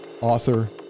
author